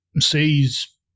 sees